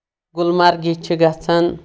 گُلمرگہِ چھِ گژھان